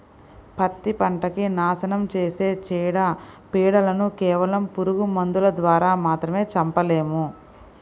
పత్తి పంటకి నాశనం చేసే చీడ, పీడలను కేవలం పురుగు మందుల ద్వారా మాత్రమే చంపలేము